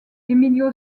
emilio